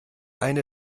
eine